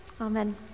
Amen